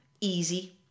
Easy